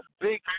big